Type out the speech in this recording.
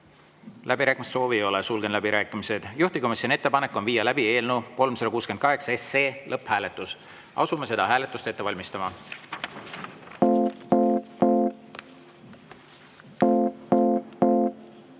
Läbirääkimiste soovi ei ole, sulgen läbirääkimised. Juhtivkomisjoni ettepanek on viia läbi eelnõu 368 lõpphääletus. Asume seda hääletust ette valmistama. Auväärt